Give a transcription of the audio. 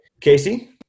Casey